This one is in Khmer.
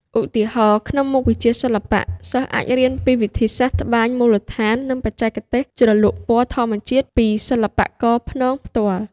ឧទាហរណ៍ ក្នុងមុខវិជ្ជាសិល្បៈ សិស្សអាចរៀនពីវិធីសាស្ត្រត្បាញមូលដ្ឋាន និងបច្ចេកទេសជ្រលក់ពណ៌ធម្មជាតិពីសិល្បករព្នងផ្ទាល់។